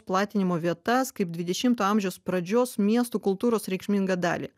platinimo vietas kaip dvidešimto amžiaus pradžios miesto kultūros reikšmingą dalį